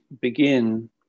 begin